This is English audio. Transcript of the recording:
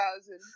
thousand